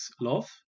love